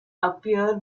appear